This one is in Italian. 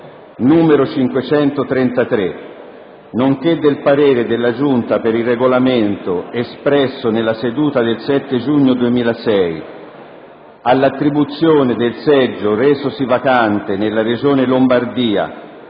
n. 533, nonché del parere della Giunta per il Regolamento, espresso nella seduta del 7 giugno 2006, all'attribuzione del seggio resosi vacante nella Regione Lombardia,